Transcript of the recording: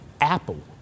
Apple